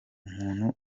umuntu